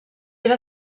era